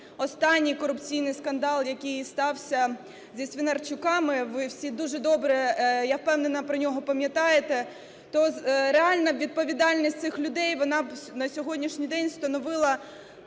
останній корупційний скандал, який стався зі Свинарчуками, ви всі дуже добре, я впевнена, про нього пам'ятаєте, то реальна відповідальність цих людей вона б на сьогоднішній день становила